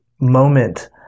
moment